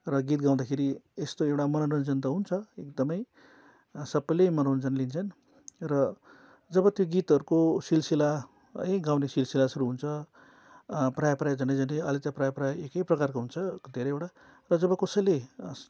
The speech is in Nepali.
र गीत गाउँदाखेरि यस्तो एउटा मनोरञ्जन त हुन्छ एकदमै सबैले मनोरञ्जन लिन्छन् र जब त्यो गीतहरूको सिलसिला है गाउने सिलसिला सुरु हुन्छ प्राय प्राय झन्डै झन्डै अहिले त प्राय प्राय एकै प्रकारको हुन्छ धेरैवटा र जब कसैले